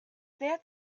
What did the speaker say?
that